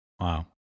Wow